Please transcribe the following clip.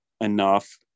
enough